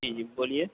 جی جی بولیے